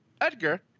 Edgar